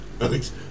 Alex